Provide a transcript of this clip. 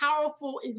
powerful